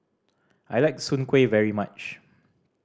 I like Soon Kuih very much